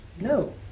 no